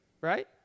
right